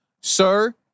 Sir